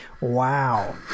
wow